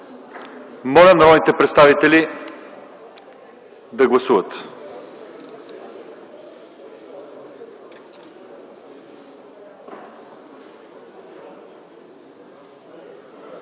Моля народните представители да гласуват.